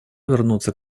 вернуться